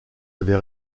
avez